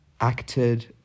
acted